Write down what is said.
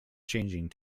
changing